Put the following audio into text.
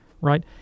right